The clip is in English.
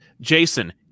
Jason